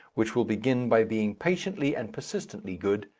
which will begin by being patiently and persistently good,